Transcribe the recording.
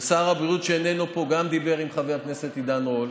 ושר הבריאות שאיננו פה גם דיבר עם חבר הכנסת עידן רול,